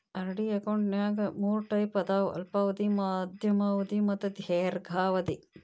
RD ಅಕೌಂಟ್ನ್ಯಾಗ ಮೂರ್ type ಅದಾವ ಅಲ್ಪಾವಧಿ ಮಾಧ್ಯಮ ಅವಧಿ ಮತ್ತ ದೇರ್ಘಾವಧಿ